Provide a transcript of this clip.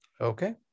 Okay